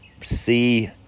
see